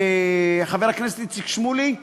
חבר הכנסת איציק שמולי.